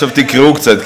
עכשיו תקראו קצת,